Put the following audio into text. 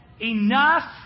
enough